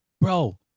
Bro